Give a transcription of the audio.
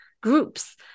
groups